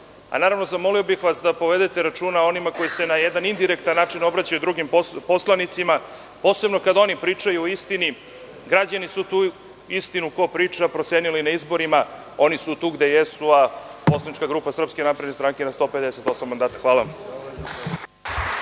zamolio bih vas da povedete računa o onima koji se na jedan indirektan način obraćaju drugim poslanicima, posebno kada oni pričaju o istini. Građani su tu istinu, ko priča, procenili na izborima. Oni su tu gde jesu, a poslanička grupa SNS je na 158 mandata. Hvala